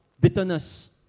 bitterness